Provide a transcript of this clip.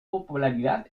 popularidad